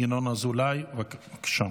ינון אזולאי, בבקשה.